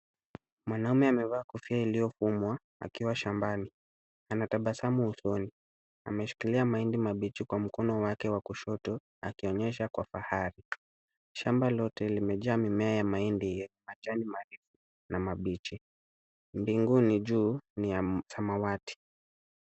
Mwanaume alimevaa kofia iliyofumwa akiwa shambani anatabasamu usoni ameshikilia mahindi mabichi mkono wake wa kushoto akionyesha kwa bahari, shamba lote limejaa mimea ya mahindi na majani mabichi mbinguni juu ni ya samawati